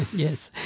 yes,